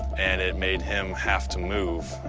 and it made him have to move,